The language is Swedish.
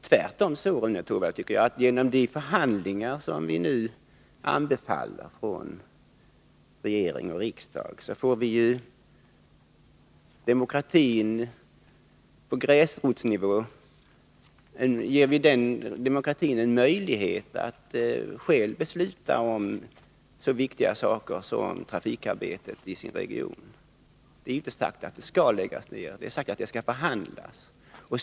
Tvärtom tycker jag, Rune Torwald, att vi genom de förhandlingar som nu anbefalls av regering och riksdag ger demokratin på gräsrotsnivå möjligheter att själv besluta om så viktiga saker som trafikarbetet i regionen. Det har inte sagts att det skall bli nedläggning, utan det har sagts att det skall förhandlas.